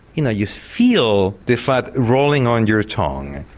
you know you feel the fat rolling on your tongue.